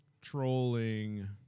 trolling